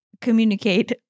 communicate